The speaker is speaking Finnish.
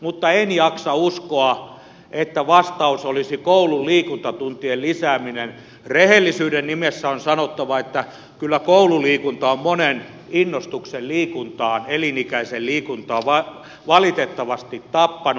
mutta en jaksa uskoa että vastaus olisi koulun liikuntatuntien lisääminen rehellisyyden nimessä on sanottava että kyllä koululiikunta on monen innostuksen liikuntaan elinikäiseen liikuntaan valitettavasti tappanut